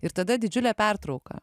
ir tada didžiulė pertrauka